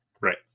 right